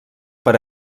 per